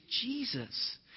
Jesus